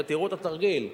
ותראו את התרגיל,